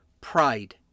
pride